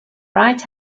bright